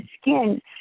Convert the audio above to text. skin